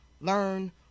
learn